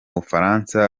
bufaransa